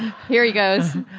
here he goes